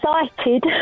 Excited